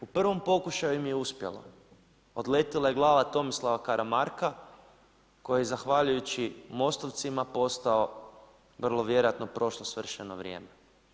U prvom pokušaju im je uspjelo, odletila je glava Tomislava Karamarka koja je zahvaljujući Mostovcima postao vrlo vjerojatno prošlo svršeno vrijeme.